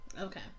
Okay